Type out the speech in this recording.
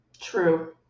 True